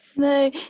No